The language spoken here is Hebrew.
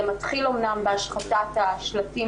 זה מתחיל אמנם בהשחתת שלטים